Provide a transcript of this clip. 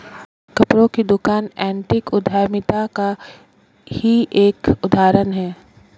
कपड़ों की दुकान एथनिक उद्यमिता का ही एक उदाहरण है